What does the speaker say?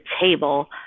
table